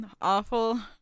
awful